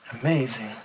Amazing